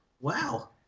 wow